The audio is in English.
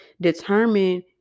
determine